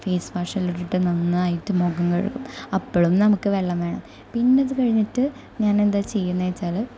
face വാഷെല്ലാം ഇട്ടിട്ട് നന്നായിട്ട് മുഖം കഴുകും അപ്പോഴും നമുക്ക് വെള്ളം വേണം പിന്നെ അതുകഴിഞ്ഞിട്ട് ഞാൻ എന്താ ചെയ്യുന്നതെന്നുവെച്ചാൽ